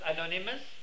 Anonymous